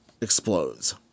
explodes